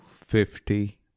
fifty